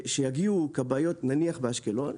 נניח באשקלון,